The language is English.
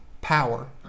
power